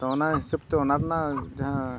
ᱛᱚ ᱚᱱᱟ ᱦᱤᱥᱟᱹᱵᱽᱛᱮ ᱚᱱᱟ ᱨᱮᱱᱟᱜ ᱡᱟᱦᱟᱸ